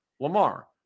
Lamar